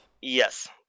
Yes